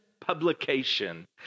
publication